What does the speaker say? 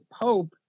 Pope